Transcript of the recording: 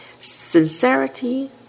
Sincerity